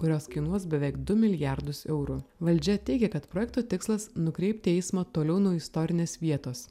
kurios kainuos beveik du milijardus eurų valdžia teigia kad projekto tikslas nukreipti eismą toliau nuo istorinės vietos